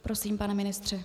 Prosím, pane ministře.